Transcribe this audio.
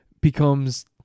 becomes